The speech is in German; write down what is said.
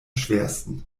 schwersten